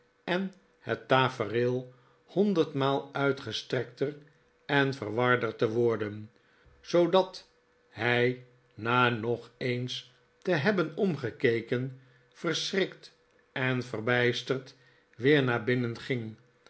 en het tafereel honderdmaal uitgestrekter en verwarder te worden zoodat hij na nog eens te hebben omgekeken verschrikt en verbijsterd weer naar binnen ging